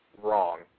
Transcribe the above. wrong